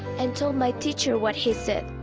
and told my teacher what he said.